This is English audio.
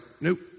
nope